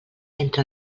entre